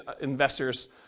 investors